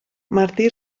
martí